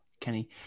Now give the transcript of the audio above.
Kenny